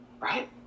Right